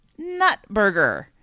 Nutburger